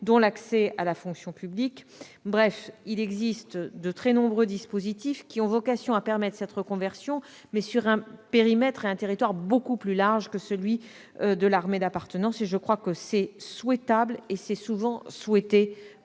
ou l'accès à la fonction publique. Bref, il existe de très nombreux dispositifs qui ont vocation à permettre cette reconversion, mais sur un périmètre beaucoup plus large que celui de l'armée d'appartenance. Ces mesures de reclassement sont souhaitables et souvent souhaitées